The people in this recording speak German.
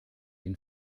ihn